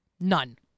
None